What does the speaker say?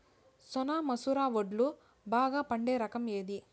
సోనా మసూర వడ్లు బాగా పండే రకం ఏది